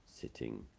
sitting